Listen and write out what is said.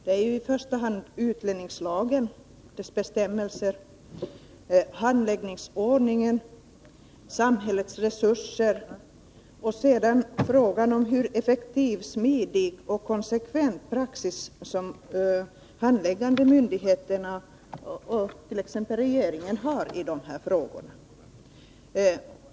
Det är i första hand utlänningslagens bestämmelser, handläggningsordningen och samhällets resurser. Det beror även på hur smidig, effektiv och konsekvent de handläggande myndigheternas, t.ex. regeringens, praxis är i dessa frågor.